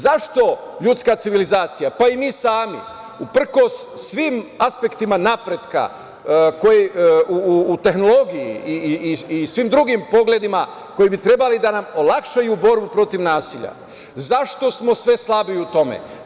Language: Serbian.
Zašto ljudska civilizacija, pa i mi sami uprkos svim aspektima napretka koji u tehnologiji i svim drugim pogledima koji bi trebali da nam olakšaju borbu protiv nasilja, zašto smo sve slabiji u tome?